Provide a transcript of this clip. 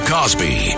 Cosby